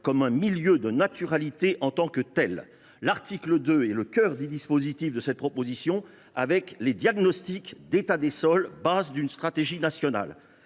comme un milieu de naturalité en tant que tel. L’article 2 est le cœur du dispositif, avec les diagnostics d’état des sols, base d’une stratégie nationale.